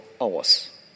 hours